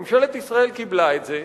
ממשלת ישראל קיבלה את זה,